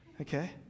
okay